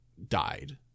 Died